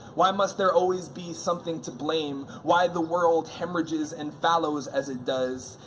why must there always be something to blame why the world hemorrhages and fallows as it does?